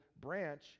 branch